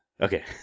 Okay